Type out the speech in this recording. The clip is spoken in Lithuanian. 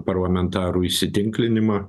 parlamentarų įsitinklinimą